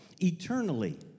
eternally